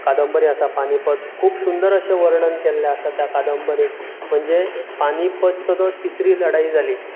कादंबरी आसा पानीपत खूब सुंदर अशें वर्णन केल्लें आसा त्या कादंबरेन म्हणजे पानीपतचो जो तिसरी लढायी जाली